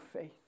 faith